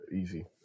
Easy